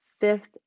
fifth